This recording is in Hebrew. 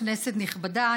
כנסת נכבדה,